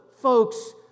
folks